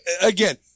Again